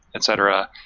et cetera,